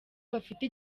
bafise